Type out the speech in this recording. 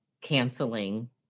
canceling